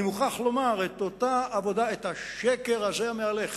אני מוכרח לומר, את השקר הזה המהלך